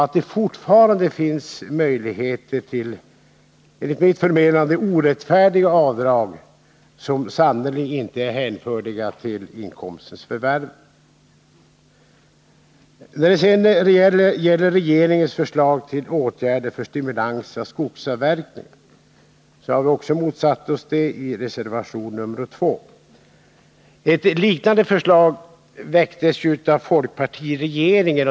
Det finns fortfarande möjligheter till enligt mitt förmenande orättfärdiga avdrag, som sannerligen inte är hänförliga till inkomsternas förvärvande. I reservation nr 2 har vi motsatt oss regeringens förslag till åtgärder för stimulans av skogsavverkning. Ett liknande förslag väcktes av folkpartiregeringen.